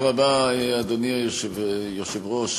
אדוני היושב-ראש,